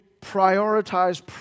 prioritize